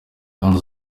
kandi